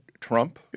Trump